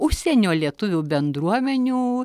užsienio lietuvių bendruomenių